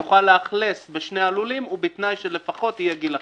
יוכל לאלכס בשני הלולים ובתנאי שלפחות יהיה גיל אחיד.